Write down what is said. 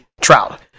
Trout